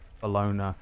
Bologna